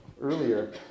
earlier